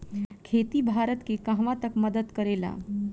खेती भारत के कहवा तक मदत करे ला?